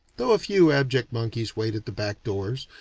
though a few abject monkeys wait at the back-doors,